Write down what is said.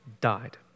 died